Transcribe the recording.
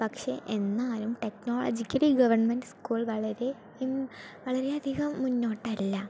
പക്ഷേ എന്നാലും technologically government school വളരെ പിൻ വളരെയധികം മുന്നോട്ടല്ല